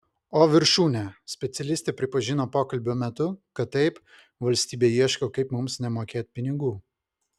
o viršūnė specialistė pripažino pokalbio metu kad taip valstybė ieško kaip mums nemokėt pinigų